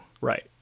right